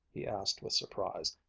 he asked with surprise.